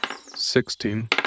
Sixteen